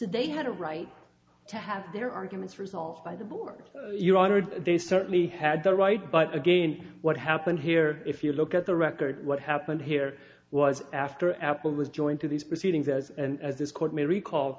so they had a right to have their arguments resolved by the board you honored they certainly had the right but again what happened here if you look at the record what happened here was after apple was joined to these proceedings as and as this court may recall